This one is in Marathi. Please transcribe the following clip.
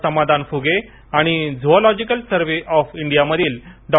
समाधान फुगे आणि झुऑलॉजिकल सर्वे ऑफ इंडिया मधील डॉ